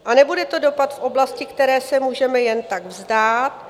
A nebude to dopad v oblasti, které se můžeme jen tak vzdát.